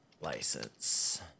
license